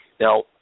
Now